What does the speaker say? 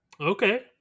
Okay